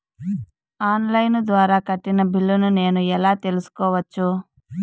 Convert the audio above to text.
On line ద్వారా కట్టిన బిల్లును నేను ఎలా తెలుసుకోవచ్చు?